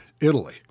Italy